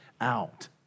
out